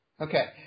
Okay